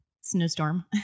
snowstorm